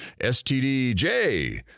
STDJ